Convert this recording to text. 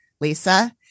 Lisa